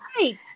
right